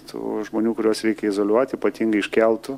tų žmonių kuriuos reikia izoliuoti ypatingai iš keltų